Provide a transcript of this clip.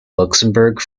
luxembourg